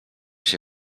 się